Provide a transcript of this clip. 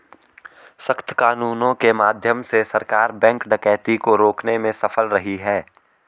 सख्त कानूनों के माध्यम से सरकार बैंक डकैती को रोकने में सफल रही है